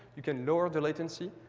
you can lower the latency.